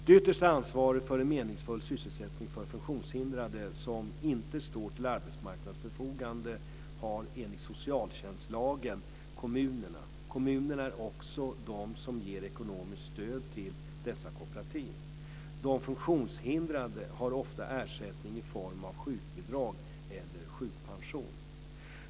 Det yttersta ansvaret för en meningsfull sysselsättning för funktionshindrade som inte står till arbetsmarknadens förfogande har, enligt socialtjänstlagen, kommunerna. Kommunerna är också de som ger ekonomiskt stöd till dessa kooperativ. De funktionshindrade har ofta ersättning i form av sjukbidrag eller sjukpension.